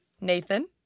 Nathan